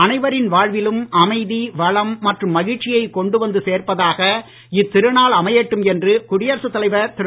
அனைவரின் வாழ்விலும் அமைதி வளம் மற்றும் மகிழ்ச்சியை கொண்டு வந்து சேர்ப்பதாக இத்திருநாள் அமையட்டும் என்று குடியரசுத் தலைவர் திரு